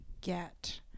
get